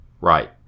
Right